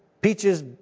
peaches